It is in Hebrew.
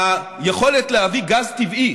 היכולת להביא גז טבעי